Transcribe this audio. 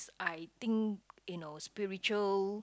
I think you know spiritual